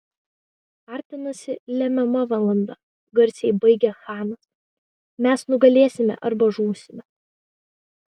artinasi lemiama valanda garsiai baigė chanas mes nugalėsime arba žūsime